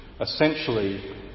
essentially